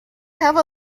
have